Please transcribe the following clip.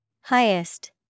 Highest